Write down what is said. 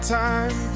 time